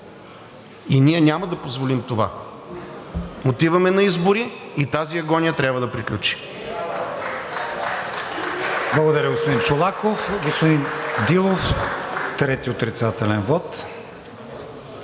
и ние няма да позволим това. Отиваме на избори и тази агония трябва да приключи.